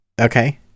okay